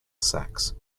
sacs